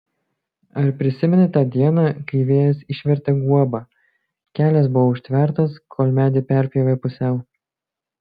ar prisimeni tą dieną kai vėjas išvertė guobą kelias buvo užtvertas kol medį perpjovė pusiau